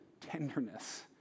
tenderness